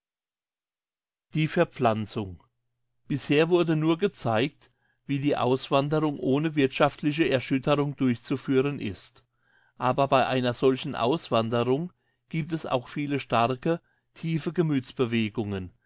die verpflanzung bisher wurde nur gezeigt wie die auswanderung ohne wirthschaftliche erschütterung durchzuführen ist aber bei einer solchen auswanderung gibt es auch viele starke tiefe